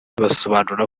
basobanura